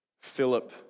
Philip